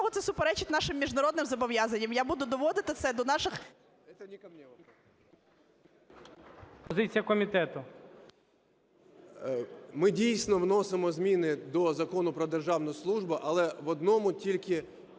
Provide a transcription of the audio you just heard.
Ми, дійсно, вносимо зміни до Закону "Про державну службу", але в одному тільки